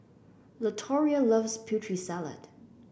Latoria loves Putri Salad